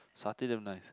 satay damn nice